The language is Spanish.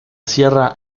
sierra